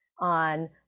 on